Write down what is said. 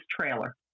trailer